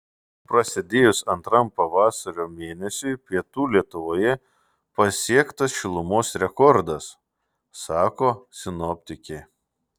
prasidėjus antram pavasario mėnesiui pietų lietuvoje pasiektas šilumos rekordas sako sinoptikė